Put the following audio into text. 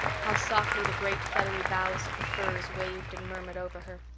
how softly the great feathery boughs of the firs waved and murmured over her!